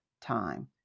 time